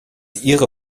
ihre